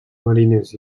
mariners